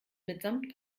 mitsamt